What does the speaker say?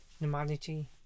normality